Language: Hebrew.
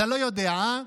אתה לא יודע, אה?